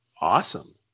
awesome